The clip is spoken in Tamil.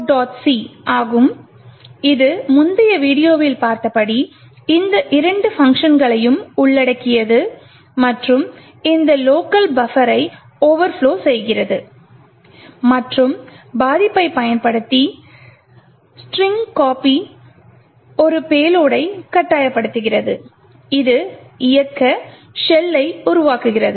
c ஆகும் இது முந்தைய வீடியோவில் பார்த்தபடி இந்த இரண்டு பங்க்ஷன்களையும் உள்ளடக்கியது மற்றும் இந்த லோக்கல் பஃபரை ஓவர்ப்லொ செய்கிறது மற்றும் பாதிப்பைப் பயன்படுத்தி ஸ்ட்ரிங் கோப்பி ஒரு பேலோடை கட்டாயப்படுத்துகிறது இது இயக்க ஷெல்லை உருவாக்குகிறது